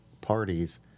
parties